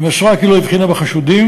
היא מסרה כי לא הבחינה בחשודים,